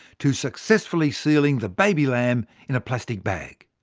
to successfully sealing the baby lamb in a plastic bag.